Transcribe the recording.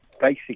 basic